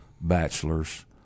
bachelors